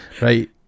Right